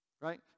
right